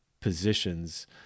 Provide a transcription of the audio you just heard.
positions